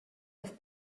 auf